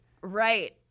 Right